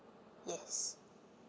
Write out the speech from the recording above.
yes